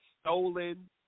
stolen